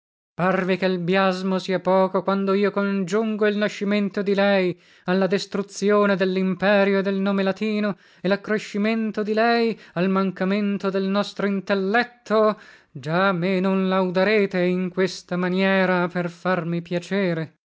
l biasmo sia poco quando io congiungo il nascimento di lei alla destruzzione dellimperio e del nome latino e laccrescimento di lei al mancamento del nostro intelletto già me non laudarete in questa maniera per farmi piacere